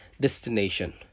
destination